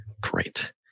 great